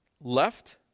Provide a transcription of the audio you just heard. left